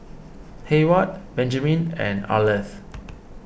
Hayward Benjman and Arleth